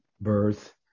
birth